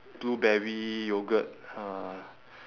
blueberry yoghurt uh